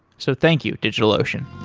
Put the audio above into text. so thank you, digitalocean